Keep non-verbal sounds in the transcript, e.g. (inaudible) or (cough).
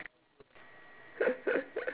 (laughs)